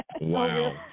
Wow